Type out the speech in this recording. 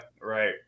Right